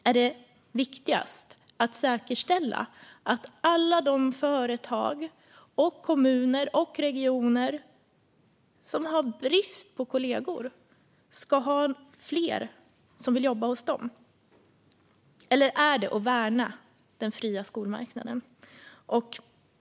Är det viktigast att säkerställa att alla de företag och kommuner och regioner som har brist på kollegor ska ha fler som vill jobba hos dem? Eller är det viktigast att värna den fria skolmarknaden?